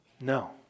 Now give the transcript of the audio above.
No